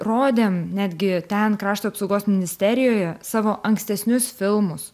rodėm netgi ten krašto apsaugos ministerijoje savo ankstesnius filmus